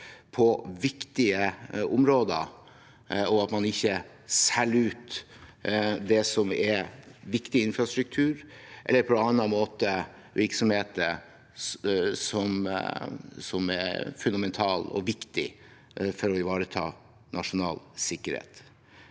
på viktige områder og at man ikke selger ut det som er viktig infrastruktur eller på annen måte virksomheter som er fundamentale og viktige for å ivareta nasjonal sikkerhet.